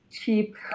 Cheap